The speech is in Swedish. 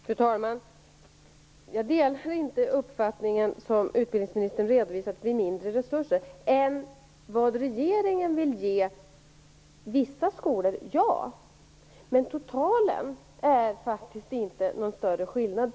Fru talman! Jag delar inte uppfattningen som utbildningsministern redovisat att resurserna blir mindre. De blir mindre än vad regeringen vill ge vissa skolor - ja. Men totalt är det faktiskt inte någon större skillnad.